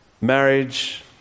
marriage